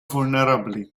vulnerabbli